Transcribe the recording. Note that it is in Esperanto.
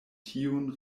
tiun